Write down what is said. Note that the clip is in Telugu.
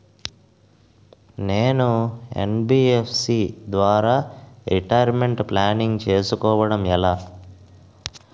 నేను యన్.బి.ఎఫ్.సి ద్వారా రిటైర్మెంట్ ప్లానింగ్ చేసుకోవడం ఎలా?